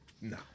no